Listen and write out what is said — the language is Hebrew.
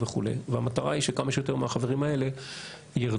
והמטרה היא שכמה שיותר מהחברים האלה ירדו,